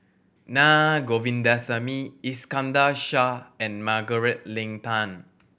Naa Govindasamy Iskandar Shah and Margaret Leng Tan